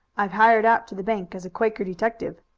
i've hired out to the bank as a quaker detective.